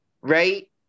right